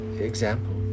example